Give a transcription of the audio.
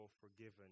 forgiven